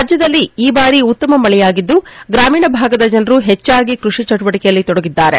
ರಾಜ್ಯದಲ್ಲಿ ಈ ಬಾರಿ ಉತ್ತಮ ಮಳೆಯಾಗಿದ್ದು ಗ್ರಾಮೀಣ ಭಾಗದ ಜನರು ಹೆಚ್ಚಾಗಿ ಕೃಷಿ ಚಟುವಟಕೆಯಲ್ಲಿ ತೊಡಗಿದ್ದಾರೆ